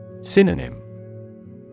Synonym